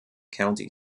county